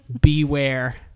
Beware